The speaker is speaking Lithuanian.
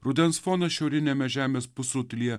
rudens fonas šiauriniame žemės pusrutulyje